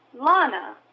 Lana